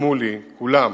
שקדמו לי, כולם,